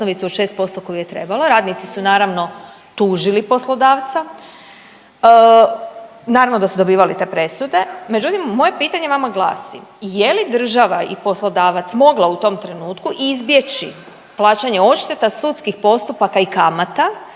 uvećanu osnovicu od 6% koju je trebalo. Radnici su naravno tužili poslodavca. Naravno da su dobivali te presude, međutim moje pitanje vama glasi je li država i poslodavac mogla u tom trenutku izbjeći plaćanje odšteta, sudskih postupaka i kamata